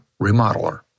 Remodeler